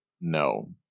No